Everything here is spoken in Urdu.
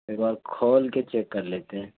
ایک بار کھول کے چیک کر لیتے